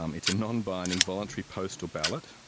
um it's a non-binding voluntary postal ballot